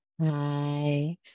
Hi